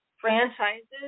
franchises